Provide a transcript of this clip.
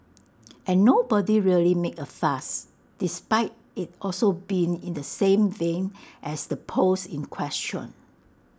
and nobody really made A fuss despite IT also being in the same vein as the post in question